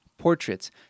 portraits